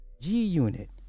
G-Unit